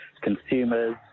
consumers